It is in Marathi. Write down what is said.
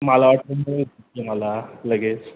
मला मला लगेच